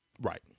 right